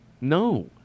No